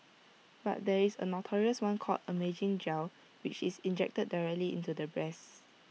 but there is A notorious one called amazing gel which is injected directly into the breasts